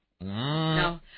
No